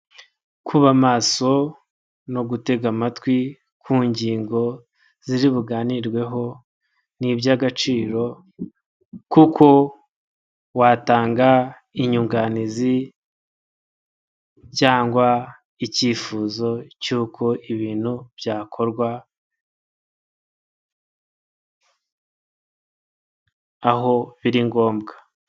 Kuba maso no gutega amatwi ku ngingo ziri buganirweho ni iby'agaciro kuko watanga inyunganizi cyangwa icyifuzo cy'uko ibintu byakorwa aho biri ngombwa.